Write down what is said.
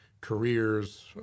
careers